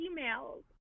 emails